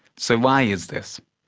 so why is this?